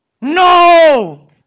No